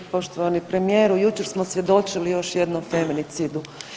Poštovani premijeru jučer smo svjedočili još jednom feminicidu.